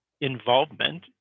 involvement